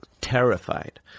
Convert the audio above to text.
Terrified